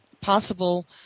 possible